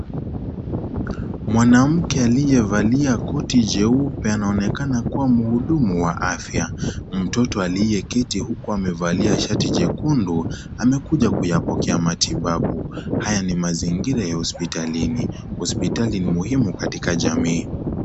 Mwanamke aliyevalia koti jeupe anaonekana kuwa mhudumu wa afya. Mtoto aliyeketi huku akivalia shati jekundu amekuja kuyapokea matibabu. Haya ni mazingira ya hospitalini, hospitali ni muhimu katika jamii.